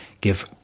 give